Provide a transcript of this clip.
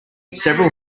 several